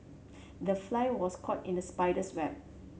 the fly was caught in the spider's web